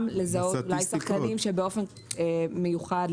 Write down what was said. גם לזהות אולי שחקנים שבאופן מיוחד,